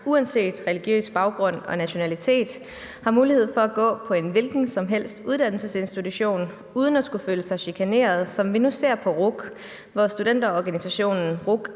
uanset religiøs baggrund og nationalitet har mulighed for at gå på en hvilken som helst uddannelsesinstitution uden at skulle føle sig chikaneret, som vi nu ser det på RUC, hvor studenterorganisationen RUC